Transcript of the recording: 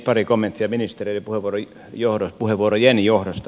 pari kommenttia ministereiden puheenvuorojen johdosta vielä